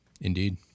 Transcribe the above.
Indeed